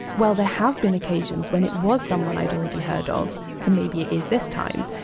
well there have been occasions when it was someone i'd already heard of, so maybe it is this time.